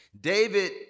David